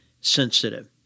sensitive